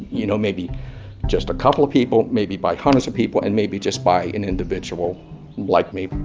you know, maybe just a couple of people, maybe by hundreds of people and maybe just by an individual like me.